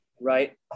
Right